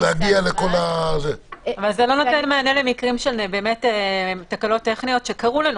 אבל זה לא נותן מענה למקרים של תקלות טכניות שקרו לנו.